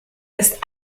ist